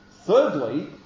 Thirdly